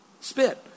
Spit